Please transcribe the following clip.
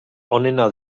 onena